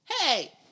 Hey